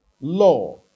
law